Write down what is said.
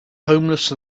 homeless